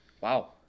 Wow